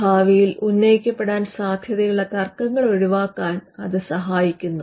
ഭാവിയിൽ ഉന്നയിക്കപ്പെടാൻ സാധ്യതയുള്ള തർക്കങ്ങൾ ഒഴിവാക്കാൻ അത് സഹായിക്കുന്നു